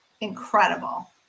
incredible